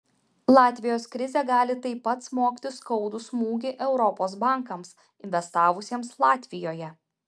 latvijos krizė gali taip pat smogti skaudų smūgį europos bankams investavusiems latvijoje